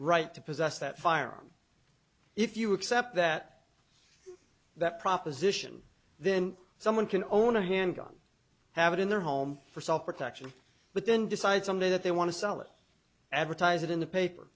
right to possess that firearm if you accept that that proposition then someone can own a handgun have it in their home for self protection but then decide some day that they want to sell it advertise it in the paper